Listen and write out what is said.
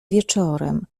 wieczorem